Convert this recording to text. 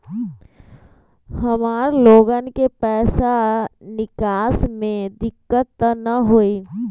हमार लोगन के पैसा निकास में दिक्कत त न होई?